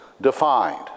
defined